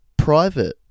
Private